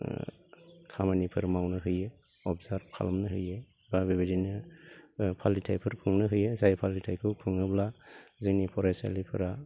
खामानिफोर मावनो होयो अबजार्भ खालामनो होयो एबा बेबायदिनो फालिथायफोर खुंनो होयो जाय फालिथायखौ खुङोब्ला जोंनि फरायसालिफोरा